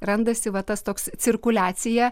randasi va tas toks cirkuliacija